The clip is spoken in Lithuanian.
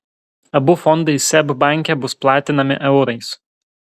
abu fondai seb banke bus platinami eurais